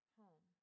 home